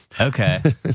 Okay